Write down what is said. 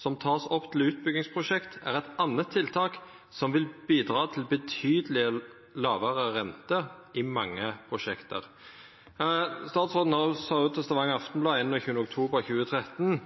som tas opp til utbyggingsprosjekt er et annet tiltak som vil bidra til betydelig lavere rente i mange prosjekter.» Statsråden sa til Stavanger Aftenblad 21. oktober 2013: